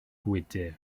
gwydr